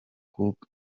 cook